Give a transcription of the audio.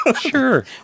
sure